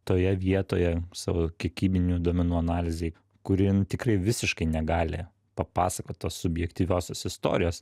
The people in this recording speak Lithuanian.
toje vietoje savo kiekybinių duomenų analizėj kuri nu tikrai visiškai negali papasakot tos subjektyviosios istorijos